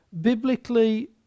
biblically